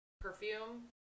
perfume